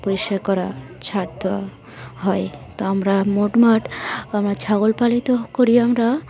পরিষ্কার করা ঝাড় দেওয়া হয় তো আমরা মোটমাট আমরা ছাগল পালিত করি আমরা